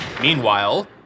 Meanwhile